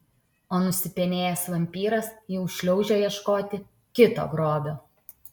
o nusipenėjęs vampyras jau šliaužia ieškoti kito grobio